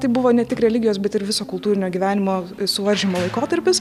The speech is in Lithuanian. tai buvo ne tik religijos bet ir viso kultūrinio gyvenimo suvaržymo laikotarpis